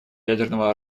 ядерного